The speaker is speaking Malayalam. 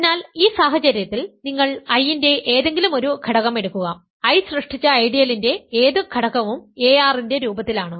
അതിനാൽ ഈ സാഹചര്യത്തിൽ നിങ്ങൾ I ന്റെ ഏതെങ്കിലും ഒരു ഘടകം എടുക്കുക I സൃഷ്ടിച്ച ഐഡിയലിന്റെ ഏതു ഘടകവും ar ന്റെ രൂപത്തിലാണ്